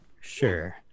Sure